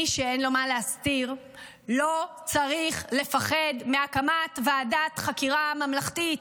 מי שאין לו מה להסתיר לא צריך לפחד מהקמת ועדת חקירה ממלכתית,